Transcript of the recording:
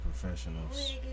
professionals